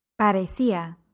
Parecía